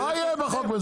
מה יהיה בחוק?